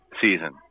season